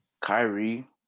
Kyrie